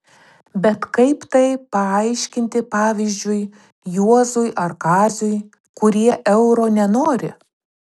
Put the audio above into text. bet kaip tai paaiškinti pavyzdžiui juozui ar kaziui kurie euro nenori